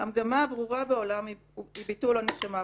המגמה הברורה בעולם היא סיכול עונש המוות.